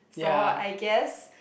so I guess